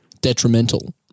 detrimental –